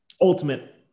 ultimate